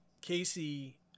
casey